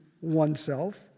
oneself